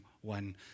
one